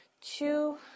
Two